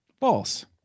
False